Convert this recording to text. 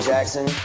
Jackson